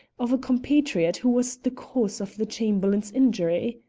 of a compatriot who was the cause of the chamberlain's injury.